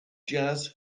jazz